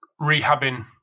rehabbing